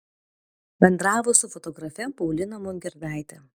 bendravo su fotografe paulina mongirdaite